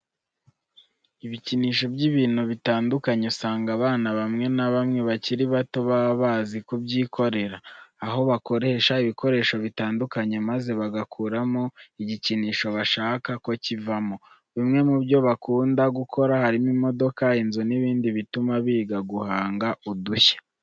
Ibikinisho by'ibintu bitandukanye usanga abana bamwe na bamwe bakiri bato baba bazi kubyikorera. Aho bakoresha ibikoresho bitandukanye maze bagakuramo igikinisho bashaka ko kivamo. Bimwe mu byo bakunda gukora harimo imodoka, inzu n'ibindi bituma biga guhanga udushya.